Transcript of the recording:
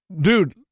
Dude